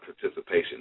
participation